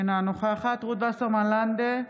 אינה נוכחת רות וסרמן לנדה,